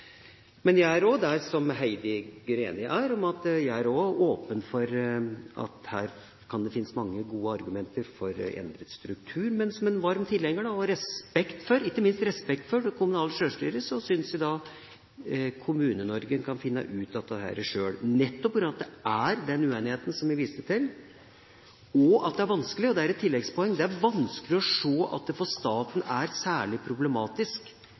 Men jeg er også der Heidi Greni er – jeg er også åpen for at her kan det finnes mange gode argumenter for endret struktur. Men som en varm tilhenger av og med respekt for det kommunale sjølstyret syns jeg Kommune-Norge kan finne ut av dette sjøl, nettopp fordi det er uenighet, som jeg viste til. Et tilleggspoeng er at det er vanskelig å se at det for staten er særlig problematisk med den kommunestrukturen vi har i dag. Det har også litt sammenheng med at